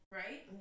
right